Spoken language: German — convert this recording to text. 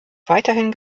weiterhin